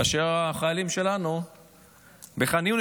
כאשר החיילים שלנו מצביעים